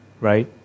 Right